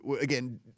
again